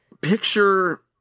Picture